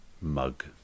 mug